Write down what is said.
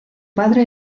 padre